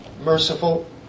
merciful